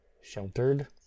sheltered